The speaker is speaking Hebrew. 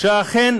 שאכן